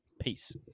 Peace